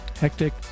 Hectic